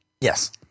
Yes